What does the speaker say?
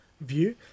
view